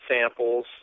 samples